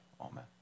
amen